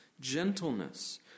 gentleness